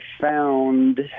found